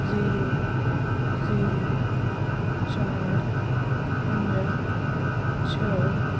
zero zero चारि पंज छह